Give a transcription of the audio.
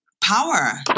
power